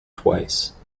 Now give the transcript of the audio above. twice